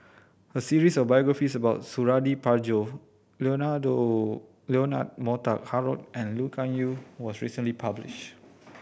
a series of biographies about Suradi Parjo Leonard Montague Harrod and Lee Kuan Yew was recently published